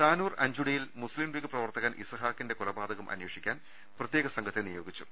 താനൂർ അഞ്ചുടിയിൽ മുസ്ലിം ലീഗ് പ്രവർത്തകൻ ഇസ്ഹാ ഖിന്റെ കൊലപാതകം അന്വേഷിക്കാൻ പ്രത്യേക സംഘത്തെ നിയോഗിച്ചു